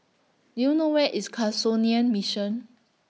Do YOU know Where IS Mission